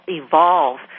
evolve